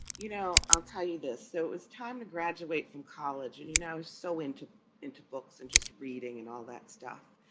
you know, i'll tell you this. so it was time to graduate from college and, you know, so entered into books and just reading and all that stuff.